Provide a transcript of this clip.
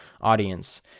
audience